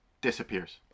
disappears